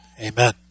Amen